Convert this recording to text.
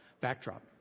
backdrop